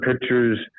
pictures